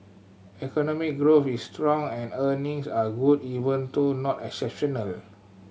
economic growth is strong and earnings are good even though not exceptional